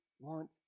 want